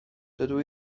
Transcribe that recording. dydw